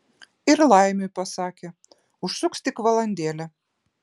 ir laimiui pasakė užsuks tik valandėlę